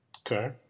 Okay